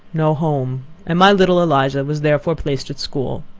no home and my little eliza was therefore placed at school.